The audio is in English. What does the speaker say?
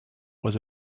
was